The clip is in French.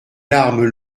larmes